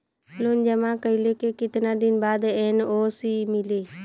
Loan जमा कइले के कितना दिन बाद एन.ओ.सी मिली?